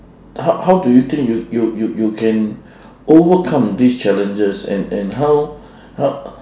how how do you think you you you you can overcome this challenges and and how how